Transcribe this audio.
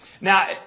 Now